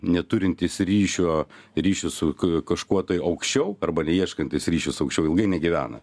neturintis ryšio ryšio su kažkuo tai aukščiau arba neieškantis ryšio su aukščiau ilgai negyvena